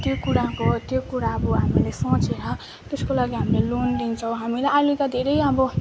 त्यो कुराको त्यो कुरा अब हामीले सोचेर त्यसको लागि हामीले लोन लिन्छौँ हामीलाई अहिले त धेरै अब